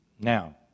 Now